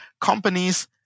companies